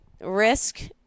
Risk